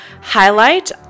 highlight